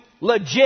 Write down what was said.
legit